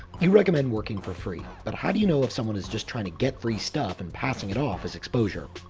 you recommend working for free, but how do you know if someone is just tryin' to get free stuff and passing it off as exposure?